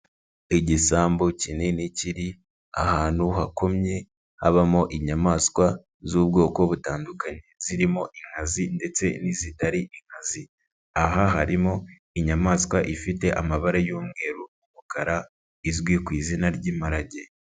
Igisambu kinini kiri ahantu hakomye habamo inyamaswa z'ubwoko butandukanye zirimo inkazi ndetse n'izitari inkazi, aha harimo inyamaswa ifite amabara y'umweru, umukara izwi ku izina ry'imiparage.